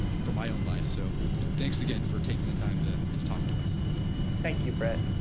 for my own life. so thanks again for taking the time to to talk to us thank you, brett,